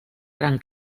gran